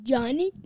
Johnny